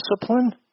discipline